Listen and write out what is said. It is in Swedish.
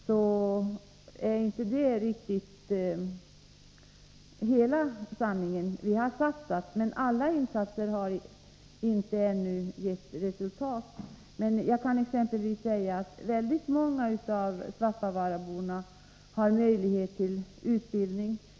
Det är inte riktigt hela sanningen. Vi har satsat, men alla åtgärder har ännu inte gett resultat. Jag kan exempelvis säga att många svappavaarabor har möjlighet till utbildning.